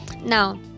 now